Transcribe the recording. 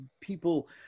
people